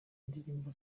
indirimbo